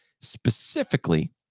specifically